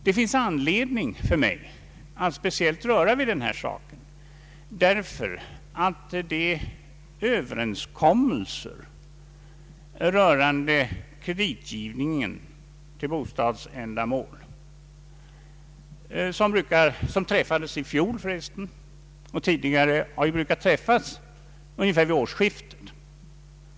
Det finns anledning för mig att speciellt ta upp den här frågan med hänsyn till de överenskommelser rörande kreditgivningen till bostadsändamål som träffades i fjol och som brukar träffas omkring varje årsskifte.